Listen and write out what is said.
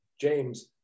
James